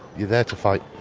you're there to fight.